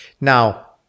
Now